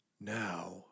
now